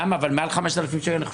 אני חושב שיש חובת דיווח מעל 5,000 שקל.